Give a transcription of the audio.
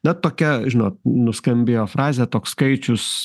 na tokia žinot nuskambėjo frazė toks skaičius